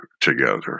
together